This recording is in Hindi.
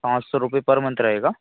पाँच सौ रुपये पर मंथ रहेगा